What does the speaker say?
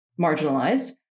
marginalized